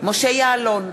משה יעלון,